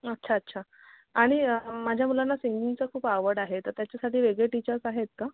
अच्छा अच्छा आणि माझ्या मुलांना सिंगिंगचं खूप आवड आहे तर त्याच्यासाठी वेगळे टीचर्स आहेत का